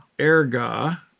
erga